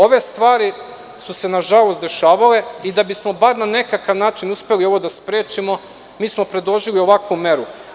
Ove stvari su se, nažalost, dešavale i da bismo bar na nekakav način uspeli ovo da sprečimo, mi smo predložili ovakvu meru.